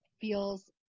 feels